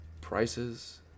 prices